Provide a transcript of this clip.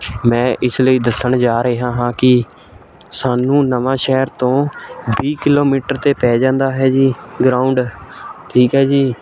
ਮੈਂ ਇਸ ਲਈ ਦੱਸਣ ਜਾ ਰਿਹਾ ਹਾਂ ਕਿ ਸਾਨੂੰ ਨਵਾਂਸ਼ਹਿਰ ਤੋਂ ਵੀਹ ਕਿਲੋਮੀਟਰ 'ਤੇ ਪੈ ਜਾਂਦਾ ਹੈ ਜੀ ਗਰਾਊਂਡ ਠੀਕ ਹੈ ਜੀ